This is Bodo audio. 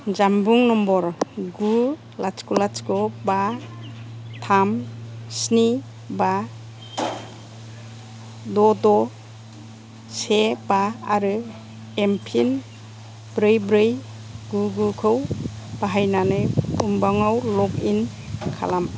जानबुं नम्बर गु लाथिख' लाथिख' बा थाम स्नि बा द' द' से बा आरो एम पिन ब्रै ब्रै गु गु खौ बाहायनानै उमांआव लगइन खालाम